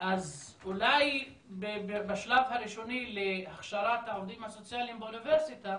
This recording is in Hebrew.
אז אולי בשלב הראשוני להכשרת העובדים הסוציאליים באוניברסיטה